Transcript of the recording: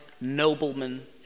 noblemen